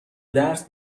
درس